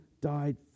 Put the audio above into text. died